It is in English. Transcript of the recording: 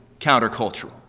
countercultural